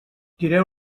tireu